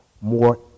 more